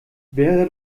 wäre